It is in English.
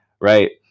right